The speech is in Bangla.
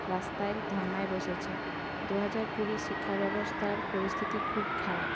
রাস্তায় ধর্নায় বসেছে দু হাজার কুড়ির শিক্ষাব্যবস্থার পরিস্থিতি খুব খারাপ